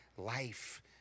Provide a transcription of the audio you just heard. life